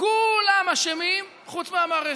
כולם אשמים, חוץ מהמערכת.